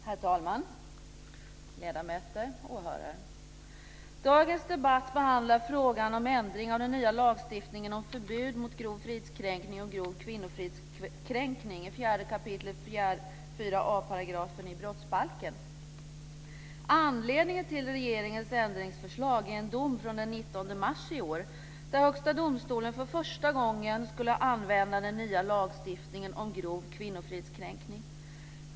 Herr talman, ledamöter, åhörare! Dagens debatt behandlar frågan om ändring av den nya lagstiftningen om förbud mot grov fridskränkning och grov kvinnofridskränkning, 4 kap. 4 a § i brottsbalken. Anledningen till regeringens ändringsförslag är en dom från den 19 mars i år, där Högsta domstolen för första gången skulle använda den nya lagstiftningen om grov kvinnofridskränkning.